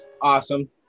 awesome